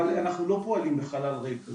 אבל אנחנו לא פועלים בחלל ריק.